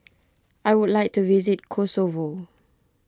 I would like to visit Kosovo